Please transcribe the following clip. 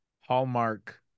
Hallmark